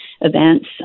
events